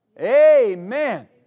Amen